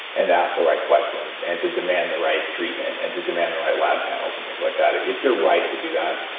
and ask the right questions and to demand the right treatment and to demand the right lab panels and things like that. it is your right to do that.